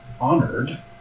honored